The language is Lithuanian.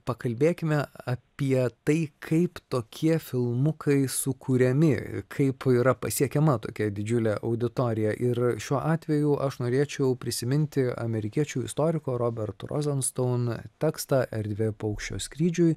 pakalbėkime apie tai kaip tokie filmukai sukuriami kaip yra pasiekiama tokia didžiulė auditorija ir šiuo atveju aš norėčiau prisiminti amerikiečių istoriko robert rozonstoun tekstą erdvė paukščio skrydžiui